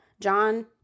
John